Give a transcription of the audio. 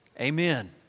Amen